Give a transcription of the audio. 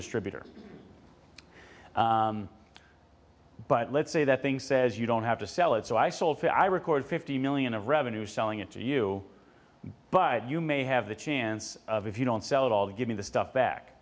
distributor but let's say that things says you don't have to sell it so i sold to i record fifty million of revenue selling it to you but you may have the chance of if you don't sell it all give me the stuff back